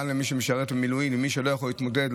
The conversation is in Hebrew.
גם למי שמשרת במילואים ולא יכול להתמודד,